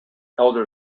elder